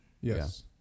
Yes